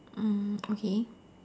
mm okay